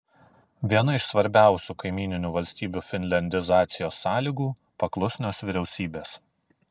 viena iš svarbiausių kaimyninių valstybių finliandizacijos sąlygų paklusnios vyriausybės